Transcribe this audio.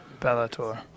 Bellator